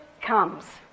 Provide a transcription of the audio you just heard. comes